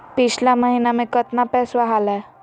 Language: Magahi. पिछला महीना मे कतना पैसवा हलय?